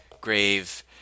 grave